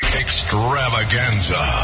extravaganza